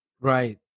Right